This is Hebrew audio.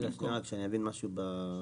שניה, רק שאני אבין משהו טכני,